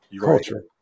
culture